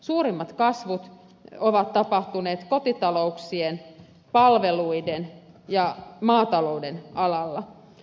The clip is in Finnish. suurimmat kasvut ovat tapahtuneet kotitalouksien palveluiden ja maatalouden alalla